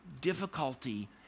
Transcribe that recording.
difficulty